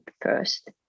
first